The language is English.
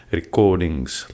recordings